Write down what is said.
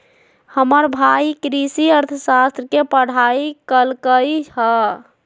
हमर भाई कृषि अर्थशास्त्र के पढ़ाई कल्कइ ह